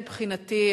מבחינתי,